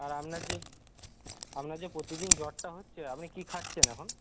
আর আপনার যে আপনার যে প্রতিদিন জ্বরটা হচ্ছে আপনি কী খাচ্ছেন এখন